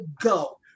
go